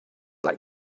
like